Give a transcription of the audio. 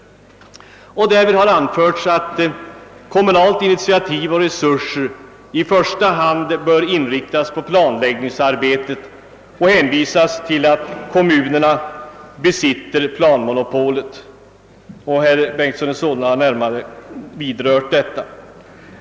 Därvid har anförts att kommunalt initiativ och kommunala resurser i första hand bör inriktas på planläggningsarbetet, och man hänvisar till att kommunerna besitter planmonopolet — herr Bengtson i Solna har närmare utvecklat detta.